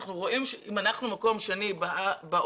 אם אנחנו מקום שני בעולם